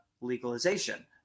legalization